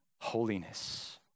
holiness